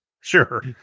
sure